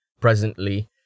presently